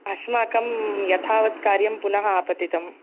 अस्माकं यथावत् कार्यं पुनः आपतितम्